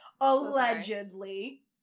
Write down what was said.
Allegedly